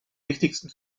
wichtigsten